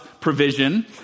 provision